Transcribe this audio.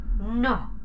No